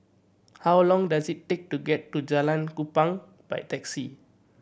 how long does it take to get to Jalan Kupang by taxi